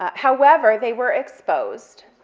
however, they were exposed,